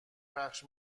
پخش